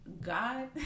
god